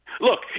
Look